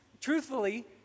truthfully